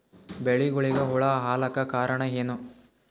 ಬೆಳಿಗೊಳಿಗ ಹುಳ ಆಲಕ್ಕ ಕಾರಣಯೇನು?